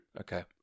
Okay